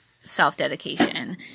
self-dedication